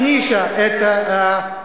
זה שהיא הענישה את העולים,